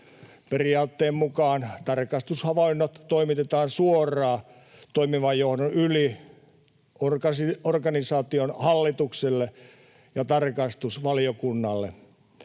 Periaatteen mukaan tarkastushavainnot toimitetaan suoraan toimivan johdon yli organisaation hallitukselle ja tarkastusvaliokunnalle.